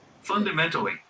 fundamentally